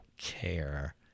care